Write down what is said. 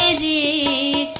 ah da